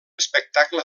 espectacle